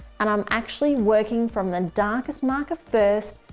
and i'm actually working from the darkest marker first,